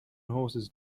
horses